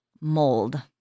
mold